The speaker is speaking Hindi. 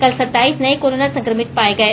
कल सत्ताईस नये कोरोना संकमित पाये गए